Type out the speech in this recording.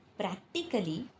practically